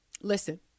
Listen